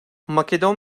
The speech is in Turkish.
makedon